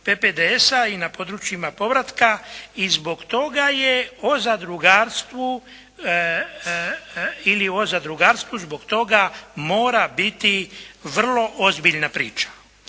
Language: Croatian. i na područjima povratka i zbog toga je o zadrugarstvu ili o zadrugarstvo zbog toga mora biti vrlo ozbiljna priča.